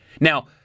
Now